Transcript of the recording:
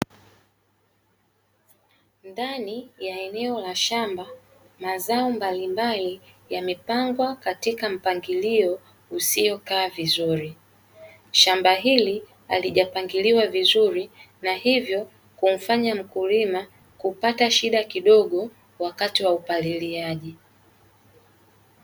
Ndani ya eneo la shamba mazao mbalimbali yamepangwa katika mpangilio usiokaa vizuri, shamba hili halijapangiliwa vizuri na hivyo kumfanya mkulima kupata shida kidogo wakati wa upaliliaji.